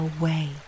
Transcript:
away